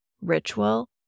ritual